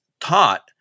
taught